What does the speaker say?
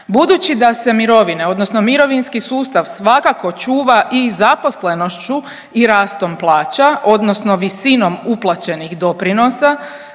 Budući da se mirovine odnosno mirovinski sustav svakako čuva i zaposlenošću i rastom plaća odnosno visinom uplaćenih doprinosa